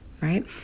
right